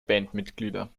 bandmitglieder